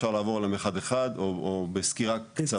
אפשר לעבור עליהן אחת אחת או בסקירה קצרה.